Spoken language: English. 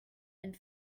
and